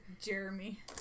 Jeremy